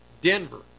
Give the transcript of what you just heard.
Denver